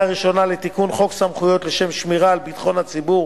ראשונה לתיקון חוק סמכויות לשם שמירה על ביטחון הציבור,